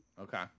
Okay